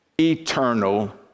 eternal